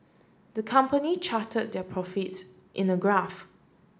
the company charted the profits in the graph